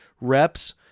reps